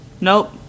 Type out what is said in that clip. Nope